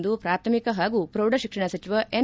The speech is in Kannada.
ಎಂದು ಪ್ರಾಥಮಿಕ ಹಾಗೂ ಪ್ರೌಢಶಿಕ್ಷಣ ಸಚಿವ ಎನ್